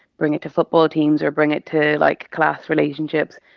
bring it to football teams or bring it to, like, class relationships.